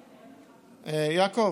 יעקב,